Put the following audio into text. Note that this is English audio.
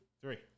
Three